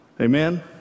Amen